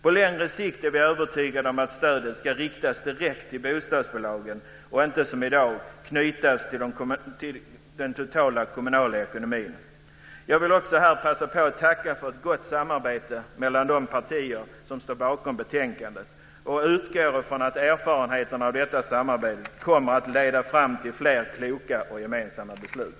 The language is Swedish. På längre sikt är vi övertygade om att stödet ska riktas direkt till bostadsbolagen och inte som i dag knytas till den totala kommunala ekonomin. Jag vill också här passa på att tacka för ett gott samarbete mellan de partier som står bakom betänkandet, och jag utgår ifrån att erfarenheterna av detta samarbete kommer att leda fram till fler kloka och gemensamma beslut.